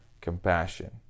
compassion